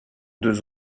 deux